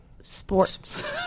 sports